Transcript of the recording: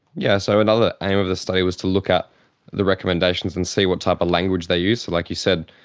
yeah so another aim of the study was to look at the recommendations and see what type of language they use. so, like you said,